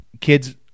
kids